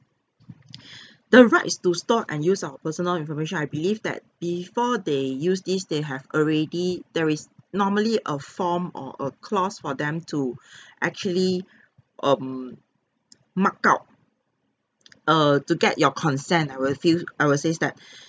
the right is to store and use our personal information I believe that before they use these they have already there is normally a form or a clause for them to actually um mark out err to get your consent I will feel I will says that